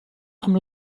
amb